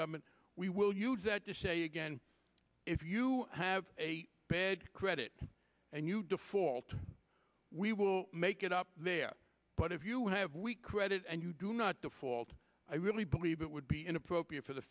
government we will use that to show you again if you have a bad credit and you default we will make it up there but if you have weak credit and you do not default i really believe it would be inappropriate for the